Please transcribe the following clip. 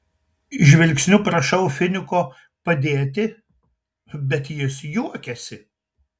žvilgsniu prašau finiko padėti bet jis juokiasi